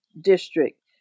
District